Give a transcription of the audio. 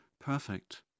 perfect